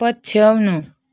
पछ्याउनु